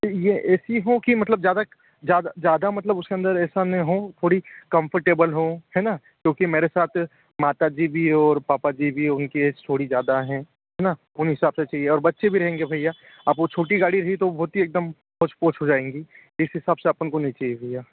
ये ऐसी हो की मतलब ज़्यादा ज़्यादा मतलब उसके अन्दर ऐसा न हो थोड़ी कम्फर्टेबल हो है ना क्योंकि मेरे साथ माता जी भी और पापा जी भी उनकी एज थोड़ी ज्यादा है हैना और बच्चे भी रहेंगे भइया अब वो छोटी गाड़ी रही तो बहुत ही एकदम पोस पोस हो जाएगी इस हिसाब से अपन को नहीं चाहिए भइया